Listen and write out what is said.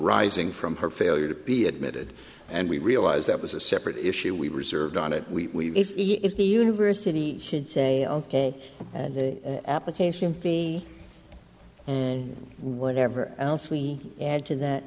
rising from her failure to be admitted and we realize that was a separate issue we reserved on it we if he if the university should say ok the application fee and whatever else we add to